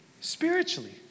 spiritually